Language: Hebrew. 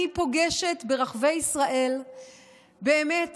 אני פוגשת ברחבי ישראל באמת